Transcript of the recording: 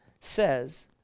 says